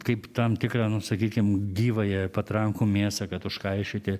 kaip tam tikrą nu sakykim gyvąją patrankų mėsą kad užkaišioti